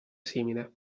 simile